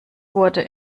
wurde